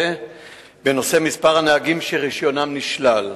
בנושא מספר הנהגים שרשיונם נשלל.